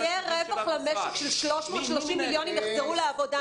יהיה רווח למשק של 330 מיליונים שיחזרו לעבודה,